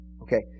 Okay